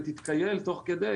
ותתכייל תוך כדי.